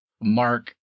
Mark